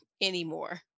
anymore